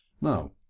Now